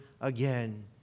again